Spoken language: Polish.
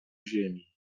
ziemi